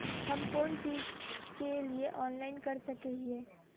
हम कोन चीज के लिए ऑनलाइन कर सके हिये?